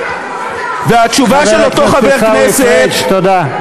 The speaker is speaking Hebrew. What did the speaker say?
מה זה קשור, חבר הכנסת עיסאווי פריג', תודה.